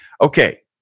Okay